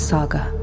Saga